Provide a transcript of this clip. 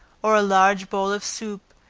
or a large bowl of soup,